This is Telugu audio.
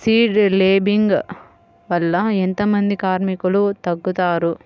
సీడ్ లేంబింగ్ వల్ల ఎంత మంది కార్మికులు తగ్గుతారు?